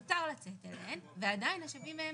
מותר לצאת אליהן ועדיין השבים מהן